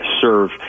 serve